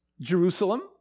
Jerusalem